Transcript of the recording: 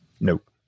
Nope